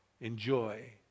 Enjoy